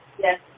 yes